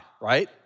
right